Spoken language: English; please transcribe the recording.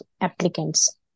applicants